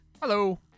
Hello